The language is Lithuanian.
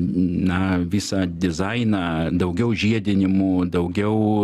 na visą dizainą daugiau žiedinimų daugiau